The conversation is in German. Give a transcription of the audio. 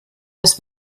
das